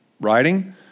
writing